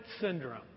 syndrome